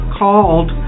called